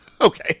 Okay